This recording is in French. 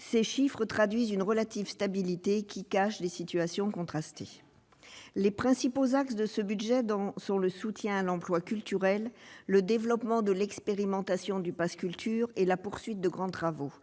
Ces chiffres traduisent une relative stabilité, qui cache des situations contrastées. Les principaux axes de ce budget sont le soutien à l'emploi culturel, le développement de l'expérimentation du pass culture et la poursuite de grands travaux-